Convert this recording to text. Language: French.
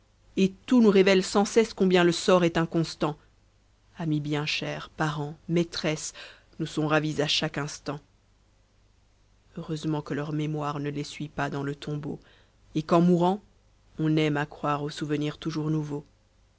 et tout nous révèle sans cesse combien le sort est inconstant amis bien chers parents maîtresse nous sont ravis à chaque instant heureusement que leur mémoire ne les suit pas dans le tombeau et qu'en mourant on aime à croire au souvenir toujours nouveau